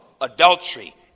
adultery